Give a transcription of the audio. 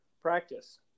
practice